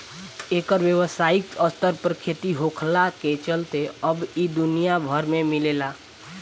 एकर व्यावसायिक स्तर पर खेती होखला के चलते अब इ दुनिया भर में मिलेला